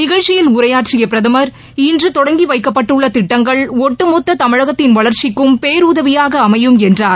நிகழ்ச்சியில் உரையாற்றிய பிரதமர் இன்று தொடங்கி வைக்கப்பட்டுள்ள திட்டங்கள் ஒட்டுமொத்த தமிழகத்தின் வளர்ச்சிக்கும் பேருதவியாக அமையும் என்றார்